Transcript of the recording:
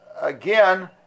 again